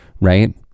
Right